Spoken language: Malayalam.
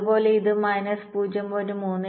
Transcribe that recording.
അതുപോലെ ഇത് മൈനസ് 0